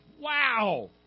Wow